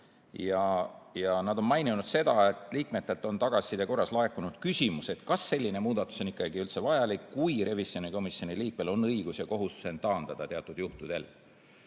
kirja ja maininud seda, et liikmetelt on tagasiside korras laekunud küsimus, kas selline muudatus on üldse vajalik, kui revisjonikomisjoni liikmel on õigus ja kohustus end taandada teatud juhtudel.